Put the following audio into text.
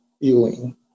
feeling